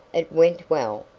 it went well,